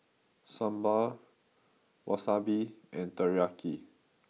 Sambar Wasabi and Teriyaki